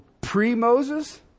pre-Moses